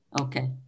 Okay